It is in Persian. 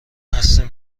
هستیم